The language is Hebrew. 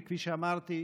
כפי שאמרתי,